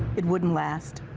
it wouldn't last.